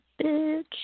bitch